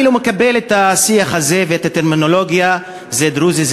אני לא מקבל את השיח הזה ואת הטרמינולוגיה "זה דרוזי",